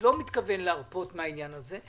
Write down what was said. לא מתכוון להרפות מן העניין הזה,